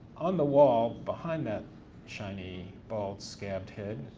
on the wall behind that shiny, bald, scabbed head,